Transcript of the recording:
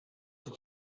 die